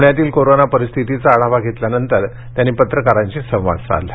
पुण्यातील कोरोना परिस्थितीच्या आढावा बैठकीनंतर त्यांनी पत्रकारांशी संवाद साधला